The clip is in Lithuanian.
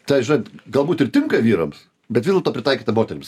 tai žinot galbūt ir tinka vyrams bet vis dėlto pritaikyta moterims